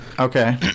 Okay